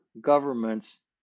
governments